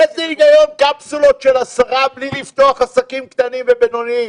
איזה היגיון יש בקפסולות של 10 בלי לפתוח עסקים קטנים ובינוניים?